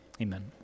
Amen